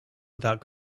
without